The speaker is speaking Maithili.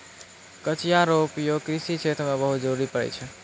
कचिया रो उपयोग कृषि क्षेत्र मे बहुत जरुरी पड़ै छै